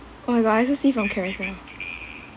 oh my god I also see from carousell